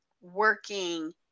working